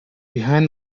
behind